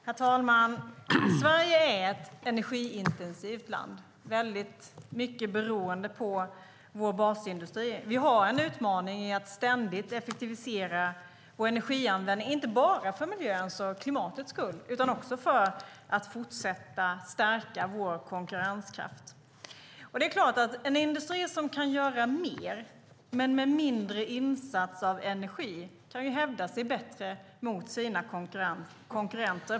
Herr talman! Sverige är ett energiintensivt land, mycket beroende på vår basindustri. Vi har en utmaning i att ständigt effektivisera vår energianvändning, inte bara för miljöns och klimatets skull utan också för att fortsätta stärka vår konkurrenskraft. Det är klart att en industri som kan göra mer med mindre energiinsats kan hävda sig bättre mot sina konkurrenter.